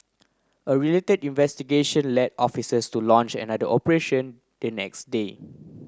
a related investigation led officers to launch another operation the next day